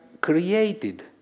created